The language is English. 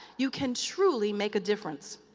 you can truly make a difference.